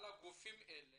על גופים אלה